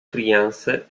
criança